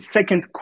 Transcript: Second